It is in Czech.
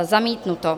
Zamítnuto.